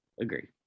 agree